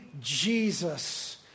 Jesus